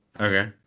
okay